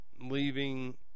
leaving